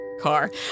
car